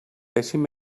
pèssim